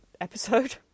episode